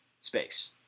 space